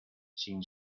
sin